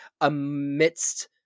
amidst